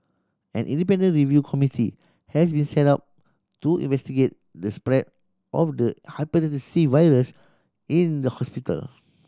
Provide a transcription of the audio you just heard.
an independent review committee has been set up to investigate the spread of the Hepatitis C virus in the hospital